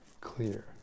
clear